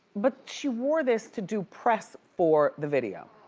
but she wore this to do press for the video.